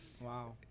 Wow